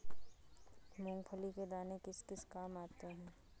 मूंगफली के दाने किस किस काम आते हैं?